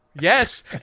Yes